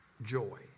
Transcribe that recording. joy